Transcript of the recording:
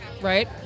Right